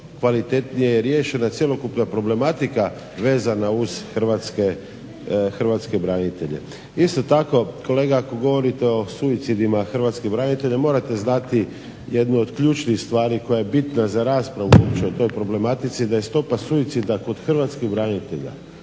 kvalitetnije riješena, cjelokupna problematika vezna uz hrvatske branitelje. Isto tako kolega ako govorite o suicidima hrvatskih branitelja morate znati jednu od ključnih stvari koja je bitna za raspravu ubuduće o toj problematici, da je stopa suicida kod hrvatskih branitelja